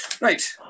Right